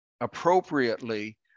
appropriately